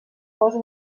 pose